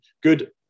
good